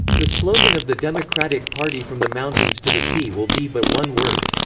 the slogan of the democratic party from the mountains to the sea will be but one word.